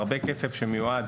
הרבה כסף שמיודע,